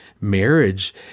marriage